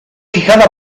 fijada